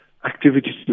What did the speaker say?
activities